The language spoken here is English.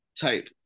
type